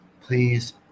please